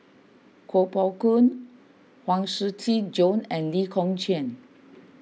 Kuo Pao Kun Huang Shiqi Joan and Lee Kong Chian